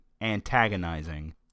antagonizing